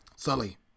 Sully